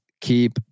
keep